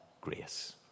grace